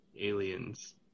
aliens